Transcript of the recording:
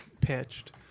pitched